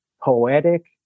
poetic